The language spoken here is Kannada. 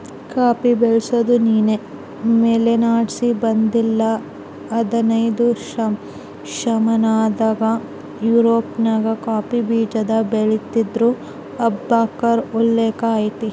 ಕಾಫಿ ಬೆಳ್ಸಾದು ನಿನ್ನೆ ಮನ್ನೆಲಾಸಿ ಬಂದಿದ್ದಲ್ಲ ಹದನೈದ್ನೆ ಶತಮಾನದಾಗ ಯುರೋಪ್ನಾಗ ಕಾಫಿ ಬೀಜಾನ ಬೆಳಿತೀದ್ರು ಅಂಬಾದ್ಕ ಉಲ್ಲೇಕ ಐತೆ